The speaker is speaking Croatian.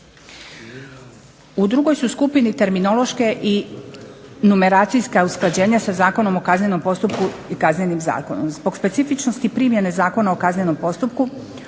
U drugoj su skupini terminološke i numeracijska usklađenja sa Zakonom o kaznenom postupku i Kaznenim zakonom. Zbog specifičnosti primjene Zakona o kaznenom postupku,